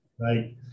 right